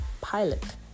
Pilot